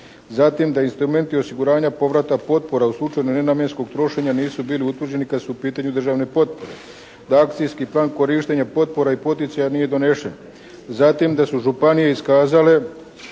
Zatim, da instrumenti osiguranja povrata potpora u slučaju nenamjenskog trošenja nisu bili utvrđeni kad su u pitanju državne potpore. Da akcijski plan korištenja potpora i poticaja nije donešen. Zatim, da su županije iskazale